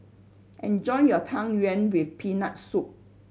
enjoy your Tang Yuen with Peanut Soup